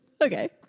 Okay